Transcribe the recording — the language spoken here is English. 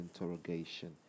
interrogation